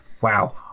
Wow